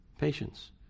Patience